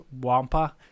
wampa